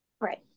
Right